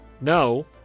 no